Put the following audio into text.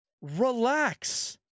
Relax